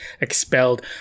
expelled